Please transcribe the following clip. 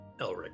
Elric